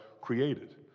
created